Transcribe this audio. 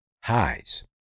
highs